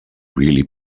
really